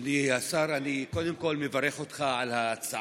אדוני השר, אני קודם כול מברך אותך על ההצעה